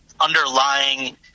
underlying